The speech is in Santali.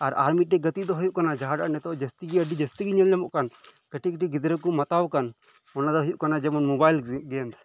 ᱟᱨ ᱢᱤᱫ ᱴᱮᱱ ᱜᱟᱛᱮᱜ ᱫᱚ ᱦᱳᱭᱳᱜ ᱠᱟᱱᱟ ᱡᱟᱦᱟᱸᱴᱟᱜ ᱱᱤᱛᱚᱜ ᱡᱟᱥᱛᱤ ᱜᱮ ᱟᱰᱤ ᱡᱟᱥᱛᱤ ᱜᱮ ᱧᱮᱞ ᱧᱟᱢᱚᱜ ᱠᱟᱱ ᱠᱟᱴᱤᱡ ᱠᱟᱴᱤᱡ ᱜᱤᱫᱽᱨᱟᱹ ᱠᱚ ᱢᱟᱛᱟᱣ ᱠᱟᱱ ᱚᱱᱟ ᱫᱚ ᱦᱳᱭᱳᱜ ᱠᱟᱱᱟ ᱡᱮᱢᱚᱱ ᱢᱚᱵᱟᱭᱤᱞ ᱥᱮ ᱜᱮᱢᱥ